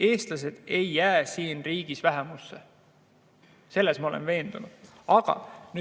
eestlased ei jää siin riigis vähemusse. Selles olen ma veendunud. Aga